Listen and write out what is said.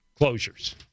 closures